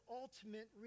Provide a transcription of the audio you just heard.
ultimate